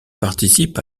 participe